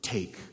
Take